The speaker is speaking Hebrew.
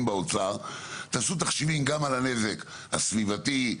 באוצר תעשו תחשיבים גם על הנזק הסביבתי,